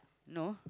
no